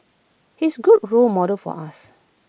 he's A good role model for us